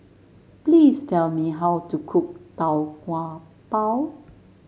please tell me how to cook Tau Kwa Pau